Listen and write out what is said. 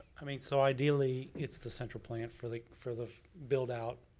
i mean so ideally, it's the central plant for like for the build-out.